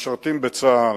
משרתים בצה"ל,